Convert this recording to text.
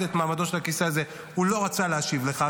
את מעמדו של הכיסא הזה הוא לא רצה להשיב לך,